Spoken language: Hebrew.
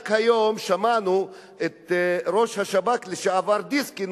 רק היום שמענו את ראש השב"כ לשעבר דיסקין,